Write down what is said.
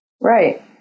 right